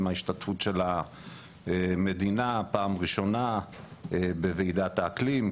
עם ההשתתפות של המדינה בפעם הראשונה בוועידת האקלים,